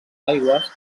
aigües